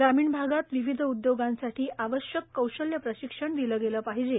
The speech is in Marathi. ग्रामीण भागात विविध उदयोगांसाठी आवश्यक कौशल्य प्रशिक्षण दिलं गेलं पाहिजे